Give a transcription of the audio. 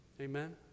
Amen